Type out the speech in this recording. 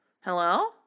Hello